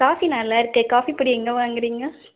coffee நல்லா இருக்கே coffee பொடி எங்கே வாங்குறீங்க